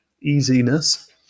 easiness